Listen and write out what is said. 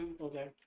Okay